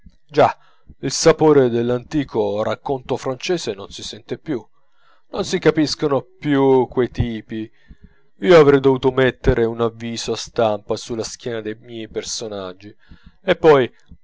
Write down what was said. già il sapore dell'antico racconto francese non si sente più non si capiscono più quei tipi io avrei dovuto mettere un avviso a stampa sulla schiena dei miei personaggi e poi